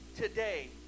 today